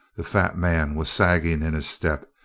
the fat man was sagging in his step.